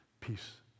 peace